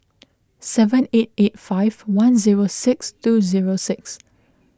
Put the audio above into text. seven eight eight five one zero six two zero six